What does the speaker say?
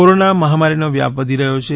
corona મહામારીનો વ્યાપ વધી રહ્યો છે